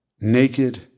naked